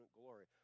glory